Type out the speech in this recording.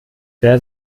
wer